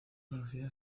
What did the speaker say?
conocida